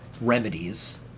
remedies